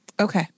Okay